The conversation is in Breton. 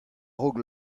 raok